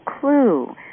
clue